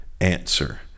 answer